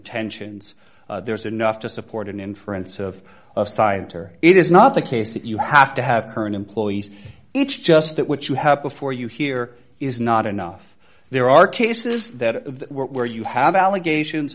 contentions there's enough to support an inference of science or it is not the case that you have to have current employees it's just that what you have before you here is not enough there are cases that were you have allegations